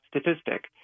statistic